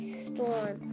storm